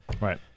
Right